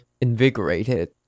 invigorated